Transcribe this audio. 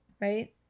Right